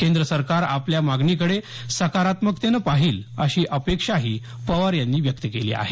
केंद्र सरकार आपल्या मागणीकडे सकारात्मकतेनं पाहील अशी अपेक्षाही पवार यांनी व्यक्त केली आहे